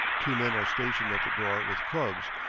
two men are stationed at the door with clubs,